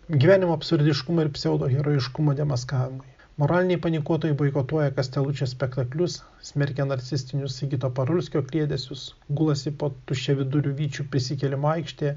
gyvenimo absurdiškimo ir pseudo herojiškumo demaskavimui moraliniai panikuotojai boikotuoja kastelučio spektaklius smerkia narcisistinius sigito parulskio kliedesius gulasi po tuščiaviduriu vyčiu prisikėlimo aikštėje